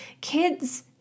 Kids